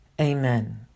amen